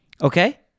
Okay